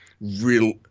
real –